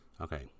Okay